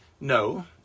No